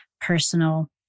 personal